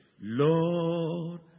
Lord